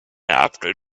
after